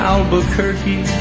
Albuquerque